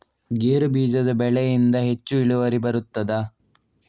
ಗೇರು ಬೀಜದ ಬೆಳೆಯಿಂದ ಹೆಚ್ಚು ಇಳುವರಿ ಬರುತ್ತದಾ?